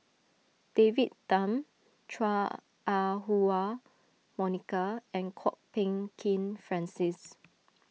David Tham Chua Ah Huwa Monica and Kwok Peng Kin Francis